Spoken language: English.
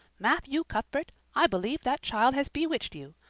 matthew cuthbert, i believe that child has bewitched you!